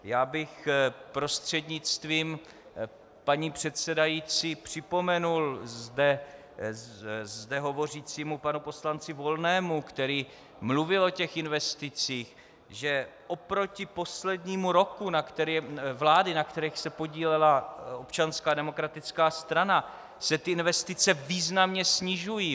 Já bych prostřednictvím paní předsedající připomenul zde hovořícímu panu poslanci Volnému , který mluvil o těch investicích, že oproti poslednímu roku vlády, na kterých se podílela Občanská demokratická strana, se investice významně snižují.